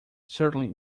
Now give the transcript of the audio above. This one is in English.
certainly